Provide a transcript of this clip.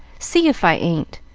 see if i ain't!